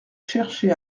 cherchez